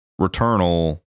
Returnal